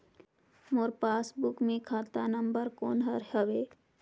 मोर passbook मे खाता number कोन हर हवे?